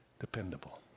Dependable